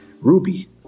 ruby